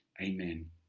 Amen